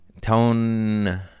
tone